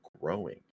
growing